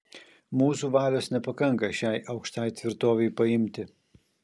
mūsų valios nepakanka šiai aukštai tvirtovei paimti